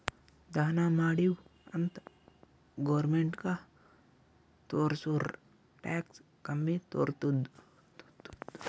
ದಾನಾ ಮಾಡಿವ್ ಅಂತ್ ಗೌರ್ಮೆಂಟ್ಗ ತೋರ್ಸುರ್ ಟ್ಯಾಕ್ಸ್ ಕಮ್ಮಿ ತೊತ್ತುದ್